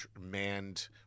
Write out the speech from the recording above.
manned